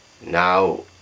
now